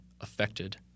affected